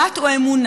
דת או אמונה,